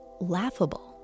laughable